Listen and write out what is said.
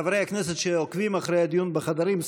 חברי הכנסת שעוקבים אחר הדיון בחדרים,